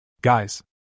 Guys